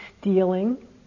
stealing